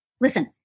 listen